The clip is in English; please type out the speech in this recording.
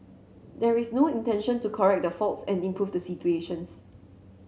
there is no intention to correct the faults and improve the situations